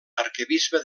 arquebisbe